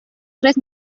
tres